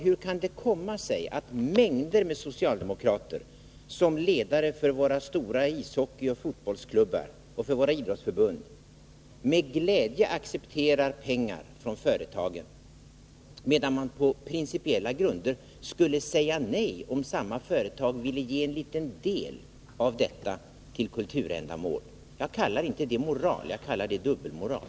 Hur kan det komma sig att mängder av socialdemokrater, som ledare för våra stora ishockeyoch fotbollsklubbar och våra idrottsförbund, med glädje accepterar pengar från företagen, medan man på principiella grunder skulle säga nej om samma företag ville ge en liten del av detta till kulturändamål? Jag kallar det inte moral. Jag kallar det dubbelmoral.